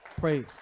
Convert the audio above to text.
praise